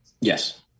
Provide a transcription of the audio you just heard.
Yes